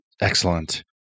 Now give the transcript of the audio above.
excellent